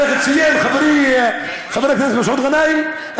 איך ציין חברי חבר הכנסת מסעוד גנאים?